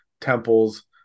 temples